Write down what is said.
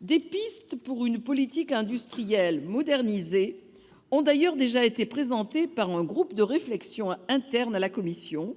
Des pistes pour une politique industrielle modernisée ont d'ailleurs déjà été présentées par un groupe de réflexion interne à la Commission,